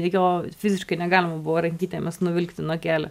reikėjo fiziškai negalima buvo rankytėmis nuvilkti nuo kelio